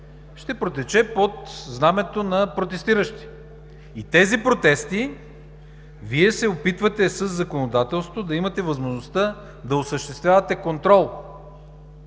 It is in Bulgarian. ще протече под знамето на протестиращи. И тези протести Вие се опитвате със законодателството да имате възможността да осъществявате контрол,